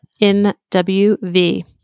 NWV